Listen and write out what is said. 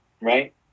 right